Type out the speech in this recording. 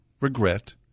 regret